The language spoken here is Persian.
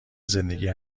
زندگی